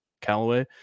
Callaway